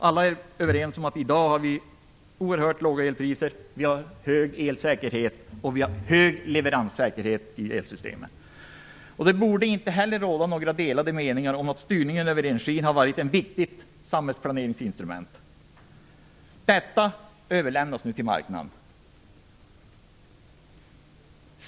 Alla är överens om att vi i dag har oerhört låga elpriser. Vi har dessutom hög elsäkerhet och hög leveranssäkerhet i elsystemen. Det borde inte råda delade meningar om att styrningen av energin har varit ett viktigt samhällsplaneringsinstrument. Detta överlämnas nu till marknaden.